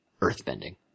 earthbending